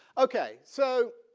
ok so